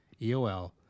EOL